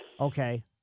Okay